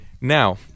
Now